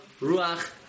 Ruach